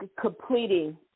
completing